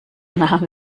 nahm